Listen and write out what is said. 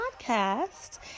podcast